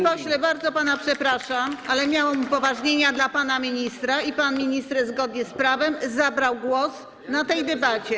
Panie pośle, bardzo pana przepraszam, ale miałam upoważnienia dla pana ministra i pan minister zgodnie z prawem zabrał głos w tej debacie.